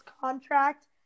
contract